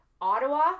Ottawa